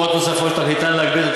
נקבעו הוראות נוספות שתכליתן להגביר את